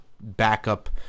backup